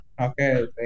Okay